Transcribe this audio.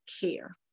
care